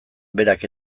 berak